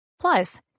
Plus